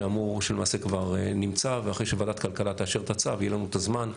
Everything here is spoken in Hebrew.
שלמעשה כבר נמצא ואחרי שוועדת הכלכלה תאשר את הצו יהיה לנו את הזמן.